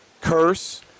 Curse